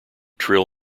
trill